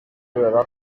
guhera